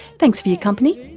thanks for your company,